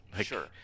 Sure